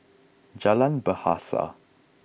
Jalan Bahasa